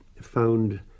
found